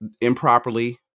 improperly